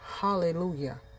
Hallelujah